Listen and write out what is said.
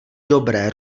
dobré